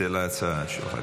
אתה, זה להצעה שלך.